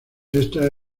esta